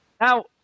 Now